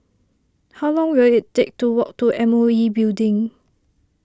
how long will it take to walk to M O E Building